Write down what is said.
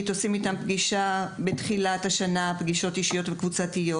נפגשים עם הסטודנטים בפגישות אישיות וקבוצתיות.